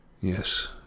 Yes